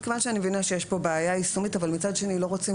אני מבינה שיש כאן בעיה יישומית אבל מצד שני לא רוצים